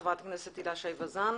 חברת הכנסת הילה שי וזאן,